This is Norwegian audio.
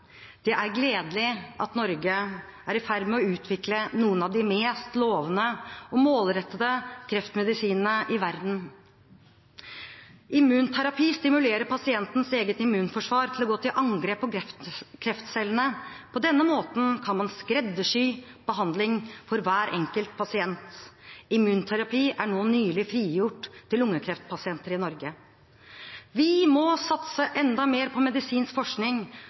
Det er gledelig at Norge er i ferd med å utvikle noen av de mest lovende og målrettede kreftmedisinene i verden. Immunterapi stimulerer pasientens eget immunforsvar til å gå til angrep på kreftcellene. På denne måten kan man skreddersy behandlingen for hver enkelt pasient. Immunterapi er nå nylig frigitt til lungekreftpasienter i Norge. Vi må satse enda mer på medisinsk forskning